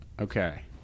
Okay